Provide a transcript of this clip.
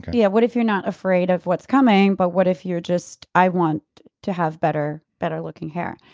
yeah what if you're not afraid of what's coming but what if you're just, i want to have better better looking hair?